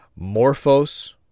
Morphos